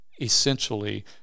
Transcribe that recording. essentially